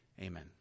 Amen